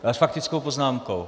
S faktickou poznámkou.